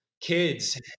kids